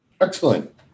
Excellent